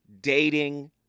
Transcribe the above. dating